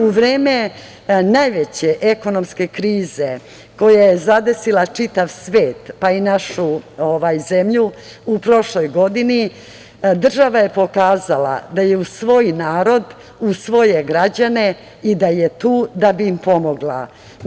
U vreme najveće ekonomske krize koja je zadesila čitav svet, pa i našu zemlju, u prošloj godini država je pokazala da je uz svoj narod, uz svoje građane i da je tu da bi im pomogla.